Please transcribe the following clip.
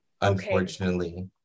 Unfortunately